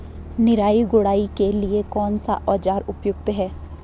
निराई गुड़ाई के लिए कौन सा औज़ार उपयुक्त है?